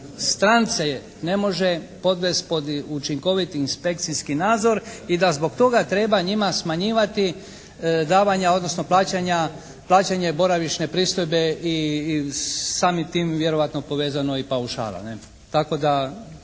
strance ne može podvest pod učinkoviti inspekcijski nadzor i da zbog toga treba njima smanjivati davanja odnosno plaćanje boravišne pristojbe i samim tim vjerojatno povezano i paušala. Tako da